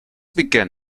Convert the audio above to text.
begin